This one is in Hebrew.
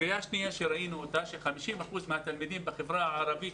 הסוגיה השנייה אותה ראינו היא ש-50 אחוזים מהתלמידים בחברה הערבית,